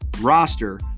roster